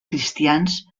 cristians